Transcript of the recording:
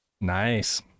Nice